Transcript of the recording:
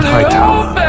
Hightower